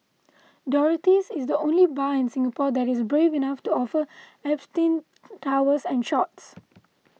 Dorothy's is the only bar in Singapore that is brave enough to offer Absinthe towers and shots